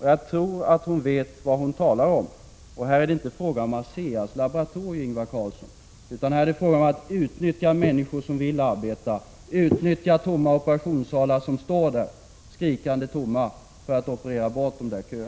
och jag tror att hon vet vad hon talar om. Och här är det inte fråga om ASEA:s laboratorier, Ingvar Carlsson, utan här är det fråga om att utnyttja människor som vill arbeta och att utnyttja skrikande tomma operationssalar för att operera bort dessa köer.